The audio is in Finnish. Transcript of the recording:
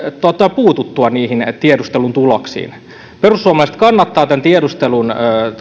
puututtua niihin tiedustelun tuloksiin perussuomalaiset kannattaa tiedustelun